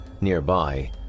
Nearby